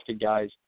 guys